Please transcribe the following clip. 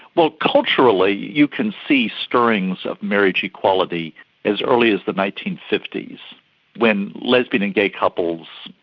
well, culturally you can see stirrings of marriage equality as early as the nineteen fifty s when lesbian and gay couples,